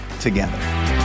together